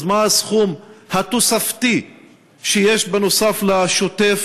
אז מה הסכום התוספתי שיש נוסף על השוטף,